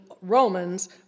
Romans